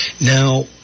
Now